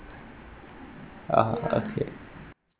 ah okay